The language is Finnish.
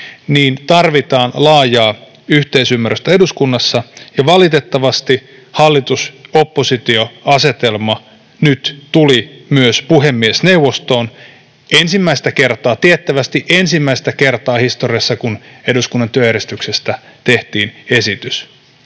tarvitaan laajaa yhteisymmärrystä eduskunnassa, ja valitettavasti hallitus—oppositio-asetelma nyt tuli myös puhemiesneuvostoon ensimmäistä kertaa, tiettävästi ensimmäistä kertaa historiassa, kun eduskunnan työjärjestyksestä tehtiin esitys.